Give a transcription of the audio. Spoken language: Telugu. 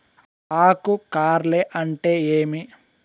ఆకు కార్ల్ అంటే ఏమి?